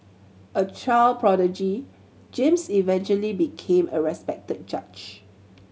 a child prodigy James eventually became a respected judge